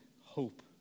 hope